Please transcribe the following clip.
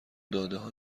دادهها